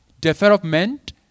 development